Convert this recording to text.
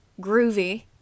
groovy